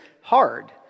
hard